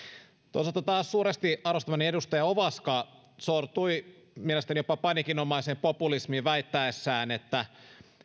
toisaalta taas suuresti arvostamani edustaja ovaska sortui mielestäni jopa paniikinomaiseen populismiin väittäessään että